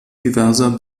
diverser